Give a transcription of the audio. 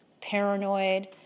paranoid